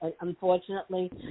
Unfortunately